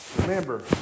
Remember